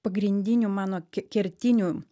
pagrindinių mano ke kertinių